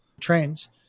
trains